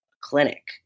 clinic